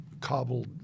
cobbled